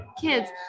kids